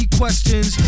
questions